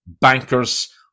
bankers